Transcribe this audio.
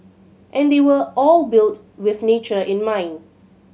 and they were all built with nature in mind